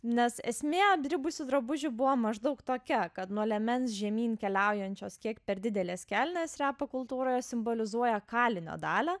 nes esmė apdribusių drabužių buvo maždaug tokia kad nuo liemens žemyn keliaujančios kiek per didelės kelnės repo kultūroje simbolizuoja kalinio dalią